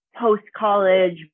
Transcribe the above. post-college